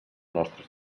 nostres